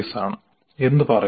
" എന്ന് പറയുന്നു